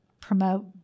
promote